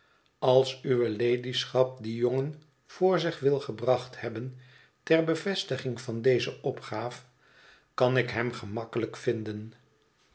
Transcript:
als uwe ladyschap dien jongen voor zich wil gebracht hebben ter bevestiging van deze opgaaf kan ik hem gemakkelijk vinden